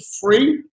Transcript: free